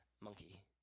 Monkey